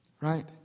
Right